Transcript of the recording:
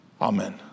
Amen